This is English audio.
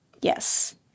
yes